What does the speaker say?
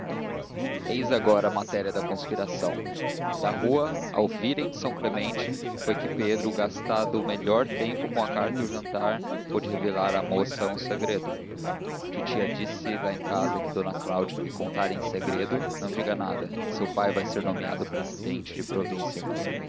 eis agora a matéria da conspiração na rua ao virem de são clemente foi que pedro gastado o melhor do tempo com a carta e o jantar pôde revelar à moça um segredo titia disse lá em casa que d cláudia lhe contara em segredo não diga nada que seu pai vai ser nomeado presidente de província